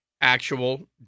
actual